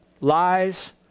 lies